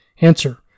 Answer